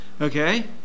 Okay